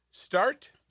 Start